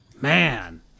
man